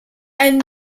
and